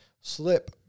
Slip